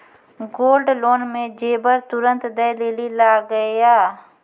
Gold loan मे जेबर तुरंत दै लेली लागेया?